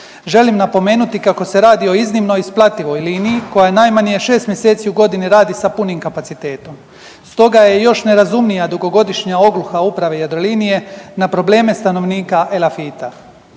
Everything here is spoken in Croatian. Želim napomenuti kako se radi o iznimnoj isplativoj liniji koja najmanje šest mjeseci u godini radi sa punim kapacitetom, stoga je još nerazumnija dugogodišnja ogluha uprave Jadrolinije na probleme stanovnika Elafita,